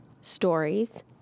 stories